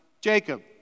Jacob